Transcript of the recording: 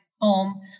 home